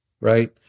right